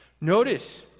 notice